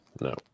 no